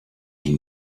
die